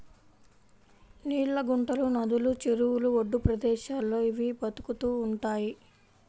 నీళ్ళ గుంటలు, నదులు, చెరువుల ఒడ్డు ప్రదేశాల్లో ఇవి బతుకుతూ ఉంటయ్